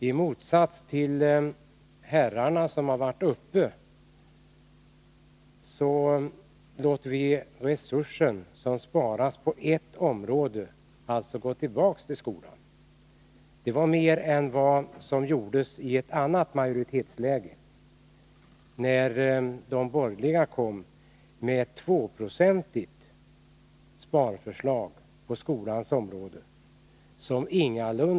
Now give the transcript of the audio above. I motsats till herrarna som senast varit uppe i talarstolen låter vi den resurs som sparas på ett visst område inom skolan gå tillbaka till skolan. Det var mer än vad som gjordes i ett annat majoritetsläge, när de borgerliga kom med 2-procentiga sparförslag på skolans område.